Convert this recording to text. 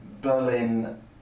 Berlin